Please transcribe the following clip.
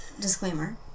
disclaimer